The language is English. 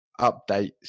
updates